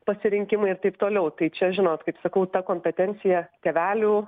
pasirinkimai ir taip toliau tai čia žinot kaip sakau ta kompetencija tėvelių